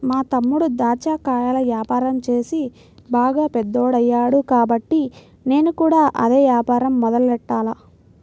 మా తమ్ముడు దాచ్చా కాయల యాపారం చేసి బాగా పెద్దోడయ్యాడు కాబట్టి నేను కూడా అదే యాపారం మొదలెట్టాల